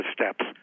steps